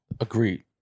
Agreed